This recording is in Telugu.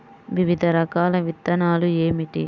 వివిధ రకాల విత్తనాలు ఏమిటి?